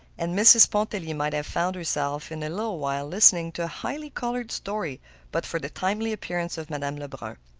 and mrs. pontellier might have found herself, in a little while, listening to a highly colored story but for the timely appearance of madame lebrun.